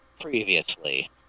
previously